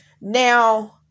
now